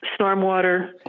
stormwater